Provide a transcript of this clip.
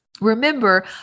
Remember